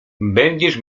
będziesz